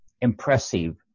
impressive